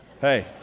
hey